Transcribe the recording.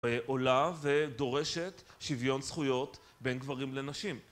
עולה ודורשת שוויון זכויות בין גברים לנשים.